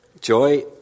Joy